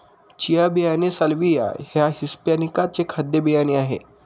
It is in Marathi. चिया बियाणे साल्विया या हिस्पॅनीका चे खाद्य बियाणे आहे